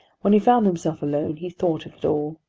when he found himself alone he thought of it all,